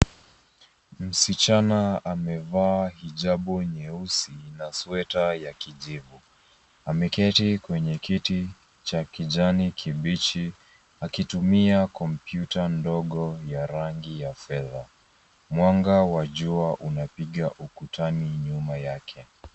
Msichana amevaa hijabu nyeusi na sweta ya kijivu. Ameketi kwenye kiti cha kijani kibichi akitumia kompyuta ndogo ya rangi ya fedha. Mwanga wa jua unapiga ukutani nyuma yake.